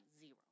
zero